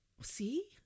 see